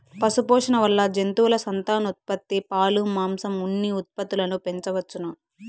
పశుపోషణ వల్ల జంతువుల సంతానోత్పత్తి, పాలు, మాంసం, ఉన్ని ఉత్పత్తులను పెంచవచ్చును